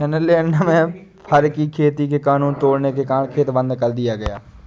Finland में fur की खेती के कानून तोड़ने के कारण खेत बंद कर दिया गया